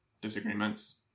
disagreements